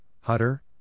Hutter